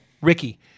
Ricky